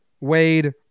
Wade